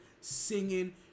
singing